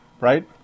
right